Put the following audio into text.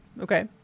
Okay